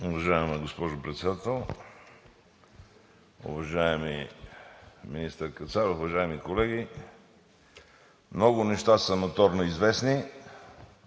Уважаема госпожо Председател, уважаеми министър Кацаров, уважаеми колеги! Много неща са ноторно известни,